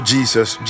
Jesus